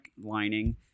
lining